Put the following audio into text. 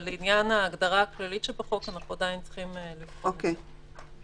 אבל לעניין ההגדרה הכללית שבחוק אנחנו עדיין צריכים לבחון את זה.